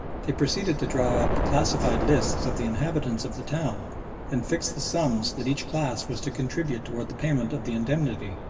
they proceeded to draw up classified lists of the inhabitants of the town and fix the sums that each class was to contribute towards the payment of the indemnity.